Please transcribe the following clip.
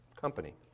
company